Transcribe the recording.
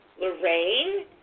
Lorraine